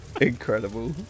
Incredible